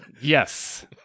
yes